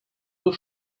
eaux